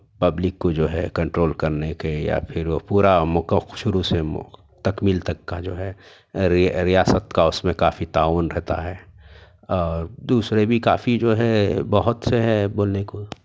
public کو جو ہے کنٹرول کرنے کے یا پھر وہ پورا موقف شروع سے تکمیل تک کا جو ہے ریاست کا اُس میں کافی تعاون رہتا ہے اور دوسرے بھی کافی جو ہے بہت سے ہیں بولنے کو